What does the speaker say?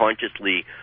consciously